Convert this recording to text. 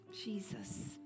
Jesus